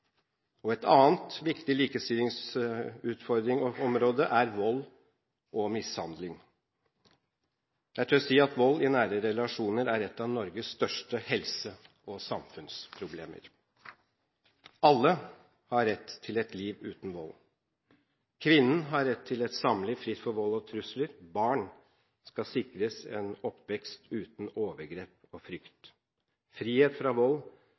Et annet viktig område med utfordringer når det gjelder likestilling, er vold og mishandling. Jeg tør si at vold i nære relasjoner er et Norges største helse- og samfunnsproblemer. Alle har rett til et liv uten vold. Kvinnen har rett til et samliv fritt for vold og trusler. Barn skal sikres en oppvekst uten overgrep og frykt. Frihet fra vold